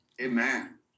Amen